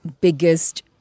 biggest